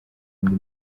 andi